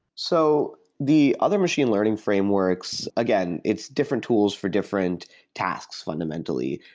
so the other machine learning frameworks, again, it's different tools for different tasks fundamentally.